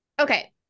Okay